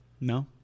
No